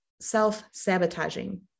self-sabotaging